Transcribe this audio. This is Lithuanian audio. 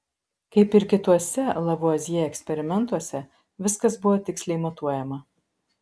kaip ir kituose lavuazjė eksperimentuose viskas buvo tiksliai matuojama